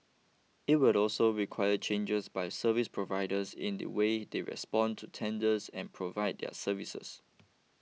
it will also require changes by service providers in the way they respond to tenders and provide their services